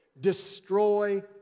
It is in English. destroy